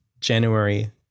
January